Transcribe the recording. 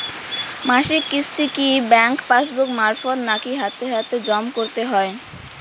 মাসিক কিস্তি কি ব্যাংক পাসবুক মারফত নাকি হাতে হাতেজম করতে হয়?